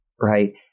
right